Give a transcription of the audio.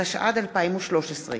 התשע"ד 2013,